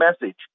message